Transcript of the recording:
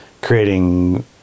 creating